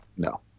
No